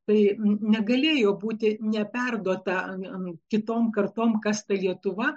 tai negalėjo būti neperduota kitom kartom kas ta lietuva